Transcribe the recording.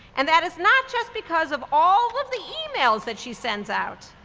and that is not just because of all of the emails that she sends out.